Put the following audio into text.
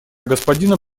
господина